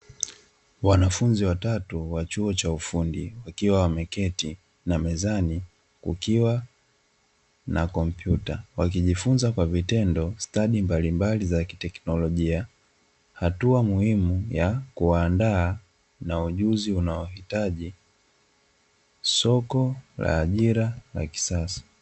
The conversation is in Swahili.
Wanafunzi watatu wa chuo cha ufundi wakiwa wameketi na mezani kukiwa na kompyuta, wakijifunza kwa vitendo stadi mbalimbali za kiteknolojia. Hatua muhimu ya kuwaandaa na ujuzi unaohitaji soko la ajira la kisasa.